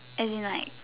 as in like